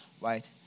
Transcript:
right